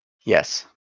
Yes